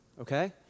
Okay